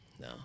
No